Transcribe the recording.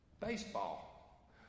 baseball